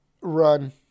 Run